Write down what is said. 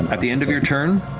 um at the end of your turn,